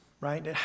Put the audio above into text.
right